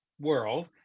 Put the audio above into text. world